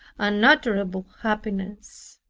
unutterable happiness!